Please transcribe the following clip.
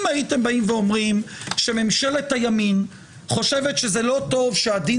אם הייתם אומרים שממשלת הימין חושבת שלא טוב שהדין